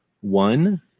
One